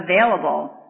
available